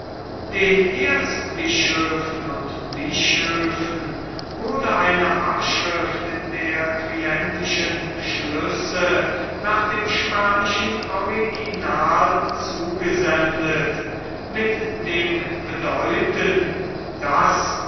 den erzbischöfen und bischöfen wurde eine abschrift der trientischen schlüsse nach dem spanischen original zugesendet mit dem bedeuten daß